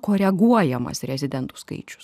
koreguojamas rezidentų skaičius